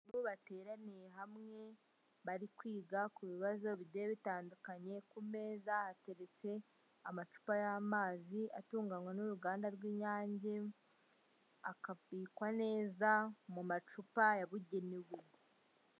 Abantu bateraniye hamwe bari kwiga ku bibazo bigiye bitandukanye, ku meza hateretse amacupa y'amazi atunganywa n'uruganda rw'Inyange, akabikwa neza mu macupa yabugenewe.